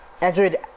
Android